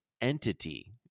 entity